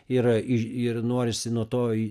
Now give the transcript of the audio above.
ir iš ir norisi nuo to